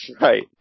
right